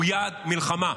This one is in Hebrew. הוא יעד מלחמה.